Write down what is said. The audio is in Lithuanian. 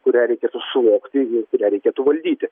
kurią reikėtų suvokti ir kurią reikėtų valdyti